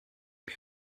mir